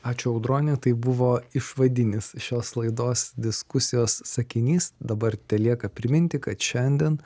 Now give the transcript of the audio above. ačiū audroni tai buvo išvadinis šios laidos diskusijos sakinys dabar telieka priminti kad šiandien